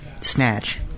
Snatch